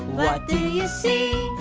what do you see?